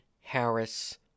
Harris